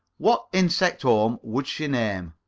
what insect-home would she name?